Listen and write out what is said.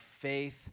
faith